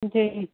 جی